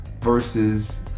versus